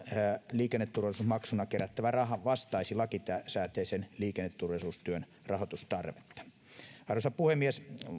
liikenneturvallisuusmaksuna kerättävä raha vastaisi lakisääteisen liikenneturvallisuustyön rahoitustarvetta arvoisa puhemies